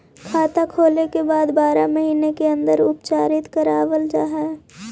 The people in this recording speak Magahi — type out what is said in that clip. खाता खोले के बाद बारह महिने के अंदर उपचारित करवावल जा है?